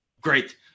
great